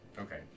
Okay